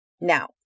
Now